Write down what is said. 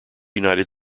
united